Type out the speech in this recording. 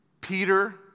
Peter